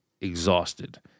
exhausted